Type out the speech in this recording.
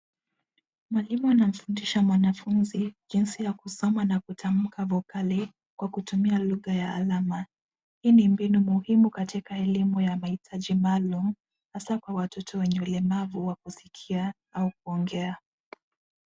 Mwalimu anamfundisha mwanafunzi, jinsi ya kusoma na kutamka vokali, kwa kutumia lugha ya alama. Hii ni mbinu muhimu, katika elimu ya mahitaji maalum, hasa kwa watoto wenye ulemavu wa kusikia, au kuongea.